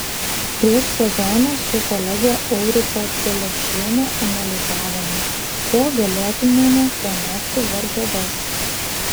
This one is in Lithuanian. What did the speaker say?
prieš sezoną su kolege aurika celešiene analizavome kuo galėtumėme pranokti varžoves